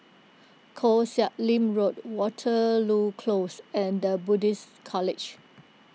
Koh Sek Lim Road Waterloo Close and the Buddhist College